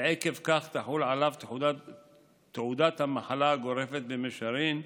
ועקב כך תחול עליו תעודת המחלה הגורפת במישרין,